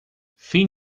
fim